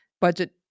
Budget